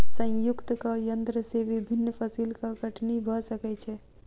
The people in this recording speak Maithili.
संयुक्तक यन्त्र से विभिन्न फसिलक कटनी भ सकै छै